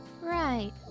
Right